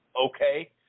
okay